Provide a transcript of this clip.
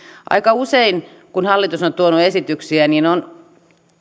aika usein kun hallitus on tuonut esityksiä on